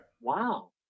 Wow